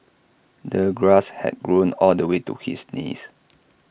the grass had grown all the way to his knees